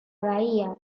bahía